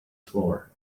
floor